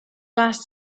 last